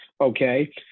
Okay